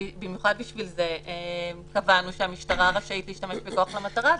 במיוחד בשביל זה קבענו שהמשטרה רשאית להשתמש בכוח למטרה הזאת.